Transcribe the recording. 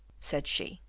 said she.